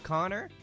Connor